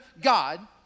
God